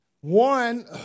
One